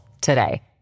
today